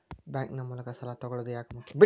Bank ನ ಮೂಲಕ ಸಾಲ ತಗೊಳ್ಳೋದು ಯಾಕ ಮುಖ್ಯ?